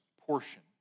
portion